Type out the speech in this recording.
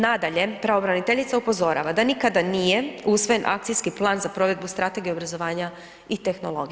Nadalje, pravobraniteljica upozorava da nikada nije usvojen akcijski plan za provedbu strategije obrazovanja i tehnologija.